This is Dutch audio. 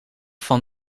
van